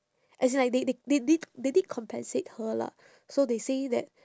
as in like they they they did they did compensate her lah so they say that